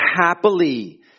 happily